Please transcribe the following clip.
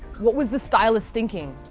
what was the stylist thinking?